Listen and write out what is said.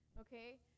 Okay